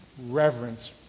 reverence